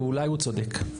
ואולי הוא צודק.